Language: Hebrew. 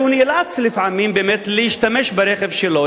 אז הוא נאלץ לפעמים באמת להשתמש ברכב שלו.